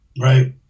Right